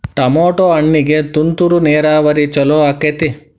Tomato ಹಣ್ಣಿಗೆ ತುಂತುರು ನೇರಾವರಿ ಛಲೋ ಆಕ್ಕೆತಿ?